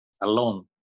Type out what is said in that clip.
alone